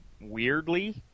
weirdly